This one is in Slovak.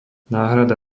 náhrada